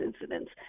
incidents